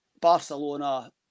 Barcelona